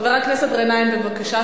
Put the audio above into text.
חבר הכנסת גנאים, בבקשה.